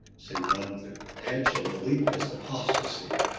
say one edge of belief is apostasy